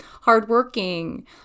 hardworking